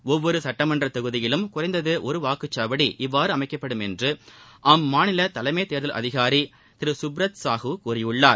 ஒவ்வொரு சட்டமன்ற தொகுதியிலும் குறைந்தது ஒரு வாக்குசாவடி இவ்வாறு அமைக்கப்படும் என்று அம்மாநில தலைமை தேர்தல் அதிகாரி திரு சுப்ரத் சாஹு கூறியிருக்கிறார்